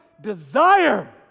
desire